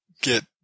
get